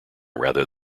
rather